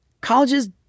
Colleges